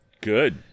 Good